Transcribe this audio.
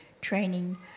training